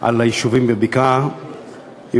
על היישובים בבקעה ועוברת ועדת שרים לחקיקה,